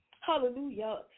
Hallelujah